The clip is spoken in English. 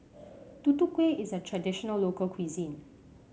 Tutu Kueh is a traditional local cuisine